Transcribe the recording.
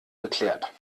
geklärt